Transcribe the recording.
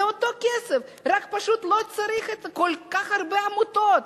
זה אותו כסף, רק פשוט לא צריך כל כך הרבה עמותות.